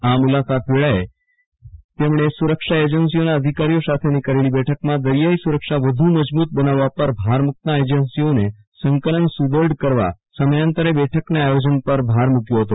આ મુલાકાત વેળાએ તેમણે સુરક્ષા એજન્સીઓના અધિકારીઓ સાથેની કરેલી બેઠકમાં દરિયાલ સુરક્ષા વધુ મજબુત બનાવવા પર ભાર મુકતા એજન્સીઓને સંકલન સુદ્દઢ કરવા સમયાંતરે બેઠકના આ યોજન પર ભાર મુકયો હતો